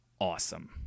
Awesome